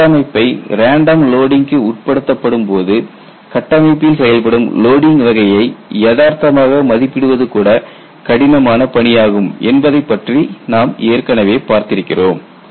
ஒரு கட்டமைப்பை ரேண்டம் லோடிங்க்கு உட்படுத்தப்படும் போது கட்டமைப்பில் செயல்படும் லோடிங் வகையை யதார்த்தமாக மதிப்பிடுவது கூட கடினமான பணியாகும் என்பதைப் பற்றி நாம் ஏற்கனவே பார்த்திருக்கிறோம்